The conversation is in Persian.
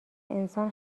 انسان